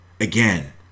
again